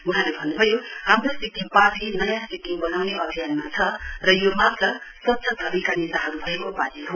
वहाँले भन्नुभयो हाम्रो सिक्किम पार्टी नयाँ सिक्किम बनाउने अभियानमा छ र यो मात्र स्वच्छ छविका नेताहरु भएको पार्टी हो